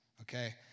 okay